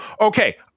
okay